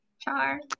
Char